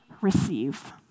receive